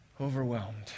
overwhelmed